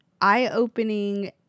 eye-opening